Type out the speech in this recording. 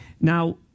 Now